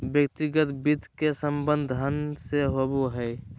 व्यक्तिगत वित्त के संबंध धन से होबो हइ